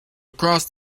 across